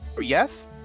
Yes